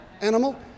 animal